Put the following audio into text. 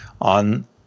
on